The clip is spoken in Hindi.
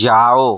जाओ